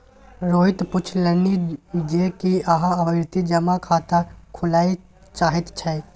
रोहित पुछलनि जे की अहाँ आवर्ती जमा खाता खोलय चाहैत छी